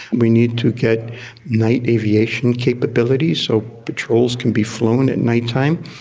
we need to get night aviation capabilities, so patrols can be flown at night time.